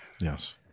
Yes